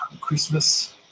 Christmas